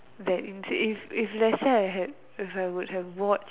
that in if if let's say I had if I would have watch